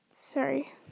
sorry